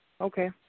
Okay